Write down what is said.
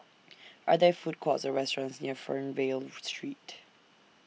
Are There Food Courts Or restaurants near Fernvale Street